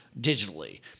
digitally